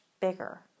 bigger